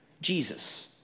Jesus